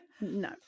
no